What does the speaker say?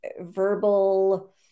verbal